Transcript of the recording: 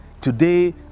today